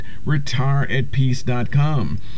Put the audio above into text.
retireatpeace.com